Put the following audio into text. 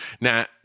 Now